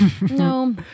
No